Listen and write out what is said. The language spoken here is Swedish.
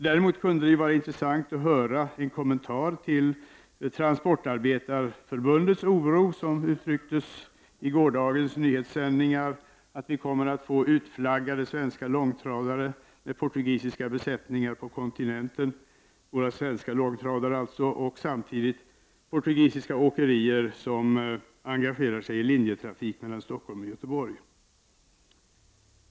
Däremot kunde det vara intressant att höra en kommentar till Transportarbetareförbundets oro, som uttrycktes i gårdagens nyhetssändningar, för att vi kommer att få utflaggade svenska långtradare med portugisiska besättningar på kontinenten och samtidigt portugisiska åkerier engagerade i linjetrafik mellan Stockholm och Göteborg.